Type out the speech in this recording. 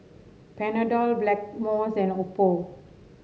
Panadol Blackmores and Oppo